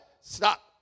Stop